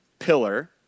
pillar